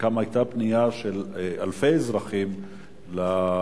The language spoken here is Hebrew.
שגם היתה פנייה של אלפי אזרחים למיילים